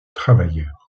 travailleur